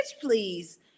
please